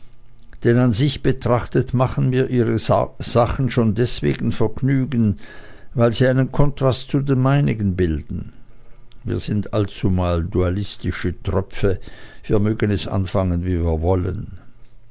denn an sich betrachtet machen mir ihre sachen schon deswegen vergnügen weil sie einen kontrast zu den meinigen bilden wir sind allzumal dualistische tröpfe wir mögen es anfangen wie wir wollen